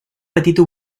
petita